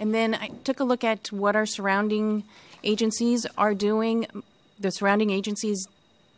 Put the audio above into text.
and then i took a look at what our surrounding agencies are doing the surrounding agencies